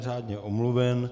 Řádně omluven.